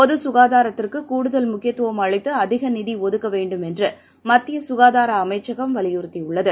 பொதுசுகாதாரத்திற்குகூடுதல் முக்கியத்துவம் அளித்துஅதிகநிதிஒதுக்கவேண்டும் என்றுமத்தியசுகாதாரஅமைச்சகம் வலியுறுத்தியுள்ளது